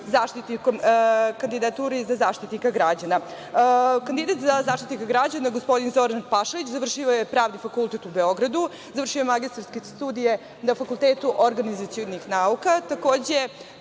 baviti kandidaturom Zaštitnika građana. Kandidat za Zaštitnika građana, gospodin Zoran Pašalić, završio je Pravni fakultet u Beogradu, završio je magistarske studije na Fakultetu organizacionih nauka.